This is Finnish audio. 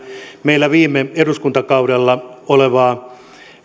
meillä viime eduskuntakaudella ollutta